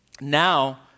Now